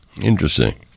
Interesting